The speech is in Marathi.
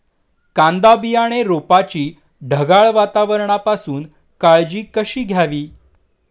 कांदा बियाणे रोपाची ढगाळ वातावरणापासून काळजी कशी घ्यावी?